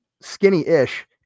skinny-ish